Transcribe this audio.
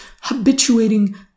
habituating